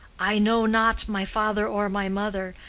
i know not my father or my mother,